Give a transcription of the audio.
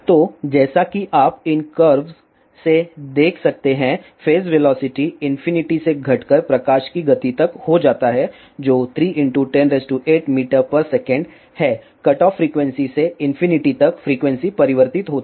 तो जैसा कि आप इन कर्व्स से देख सकते हैंफेज वेलोसिटी इंफिनिटी से घटकर प्रकाश की गति तक हो जाता है जो 3 ×108m sec है कटऑफ फ्रीक्वेंसी से इंफिनिटी तक फ्रीक्वेंसी परिवर्तित होती है